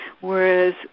whereas